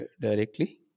directly